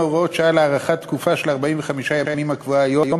הוראות שעה להארכת התקופה של 45 ימים הקבועה היום